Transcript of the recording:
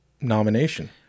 nomination